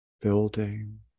building